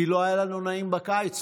כי לא היה לנו נעים בקיץ,